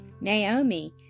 Naomi